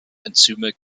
enzyme